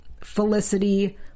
Felicity